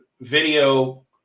video